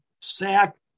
sack